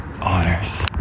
honors